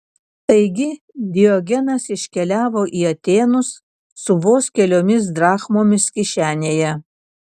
taigi diogenas iškeliavo į atėnus su vos keliomis drachmomis kišenėje